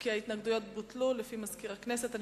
ההתנגדויות בוטלו לפי דבריו של מזכיר הכנסת.